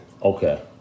Okay